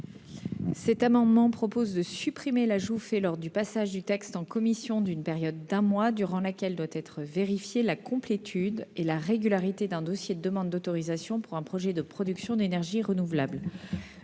Cet amendement vise à supprimer l'ajout introduit par la commission d'une période d'un mois durant laquelle doivent être vérifiées la complétude et la régularité d'un dossier de demande d'autorisation pour un projet de production d'énergies renouvelables.